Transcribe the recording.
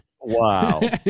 Wow